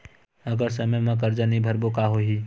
अगर समय मा कर्जा नहीं भरबों का होई?